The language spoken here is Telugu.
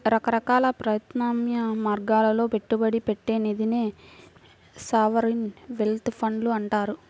రకరకాల ప్రత్యామ్నాయ మార్గాల్లో పెట్టుబడి పెట్టే నిధినే సావరీన్ వెల్త్ ఫండ్లు అంటారు